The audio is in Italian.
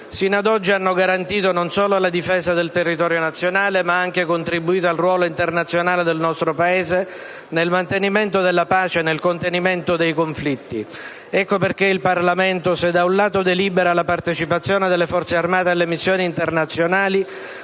Fino ad oggi hanno garantito non solo la difesa del territorio nazionale, ma anche contribuito al ruolo internazionale del nostro Paese nel mantenimento della pace e nel contenimento dei conflitti. Ecco perché il Parlamento, se da un lato delibera la partecipazione delle Forze armate alle missioni internazionali,